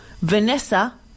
Vanessa